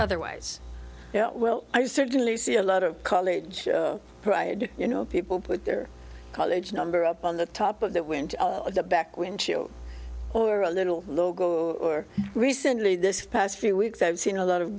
otherwise well i certainly see a lot of college you know people put their college number up on the top of that when to the back windshield or a little logo or recently this past few weeks i've seen a lot of